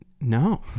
No